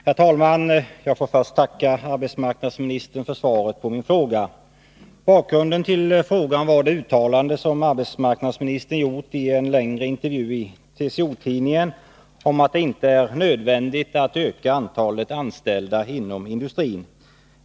Herr talman! Jag får först tacka arbetsmarknadsministern för svaret på min fråga. Bakgrunden till frågan var det uttalande som arbetsmarknadsministern gjort i en längre intervju i TCO-Tidningen om att det inte är nödvändigt att öka antalet anställda inom industrin.